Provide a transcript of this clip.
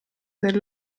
del